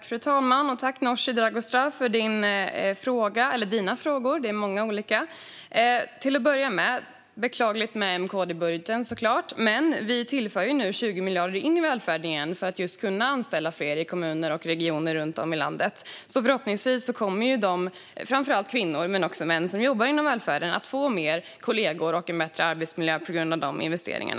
Fru talman! Tack, Nooshi Dadgostar, för dina frågor - det var många olika! Till att börja med är det såklart beklagligt med M-KD-budgeten, men vi tillför nu 20 miljarder tillbaka in i välfärden just för att kunna anställa fler i kommuner och regioner runt om i landet. Förhoppningsvis kommer de som jobbar inom välfärden - framför allt kvinnor, men också män - att få fler kollegor och en bättre arbetsmiljö tack vare dessa investeringar.